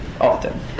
often